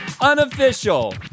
unofficial